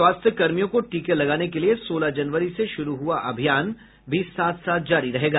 स्वास्थ्यकर्मियों को टीके लगाने के लिए सोलह जनवरी से शुरू हुआ अभियान भी साथ साथ जारी रहेगा